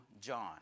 John